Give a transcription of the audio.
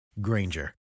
Granger